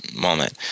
moment